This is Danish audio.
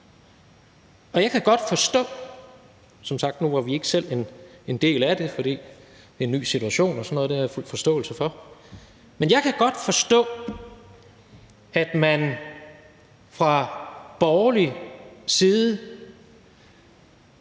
uge. Nu var vi som sagt ikke selv en del af det, fordi det er en ny situation og sådan noget, og det har jeg fuld forståelse for, men jeg kan godt forstå, at man fra borgerlig side